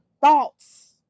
thoughts